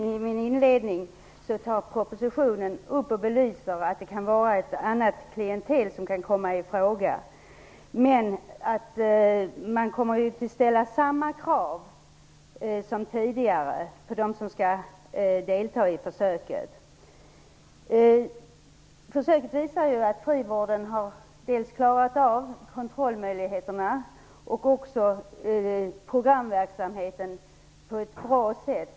Herr talman! Som jag sade i min inledning tas det upp och belyses i propositionen att det kan vara ett annat klientel som kan komma i fråga, men att man kommer att ställa samma krav som tidigare på dem som skall delta i försöket. Försöket visar att frivården har klarat av kontrollmöjligheterna och programverksamheten på ett bra sätt.